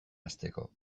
hasteko